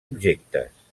objectes